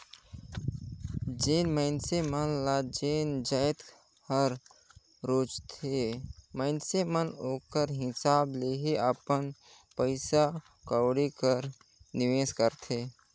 जेन मइनसे मन ल जे जाएत हर रूचथे मइनसे मन ओकर हिसाब ले ही अपन पइसा कउड़ी कर निवेस करथे